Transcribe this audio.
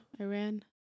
Iran